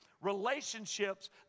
relationships